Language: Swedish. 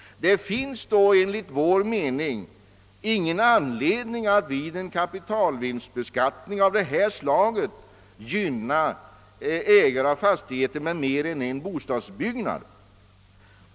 Det finns då enligt vår mening ingen anledning att vid en kapitalvinstbeskattning av detta slag gynna ägare av fastigheter med mer än en bostadsbyggnad.